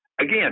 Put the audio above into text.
again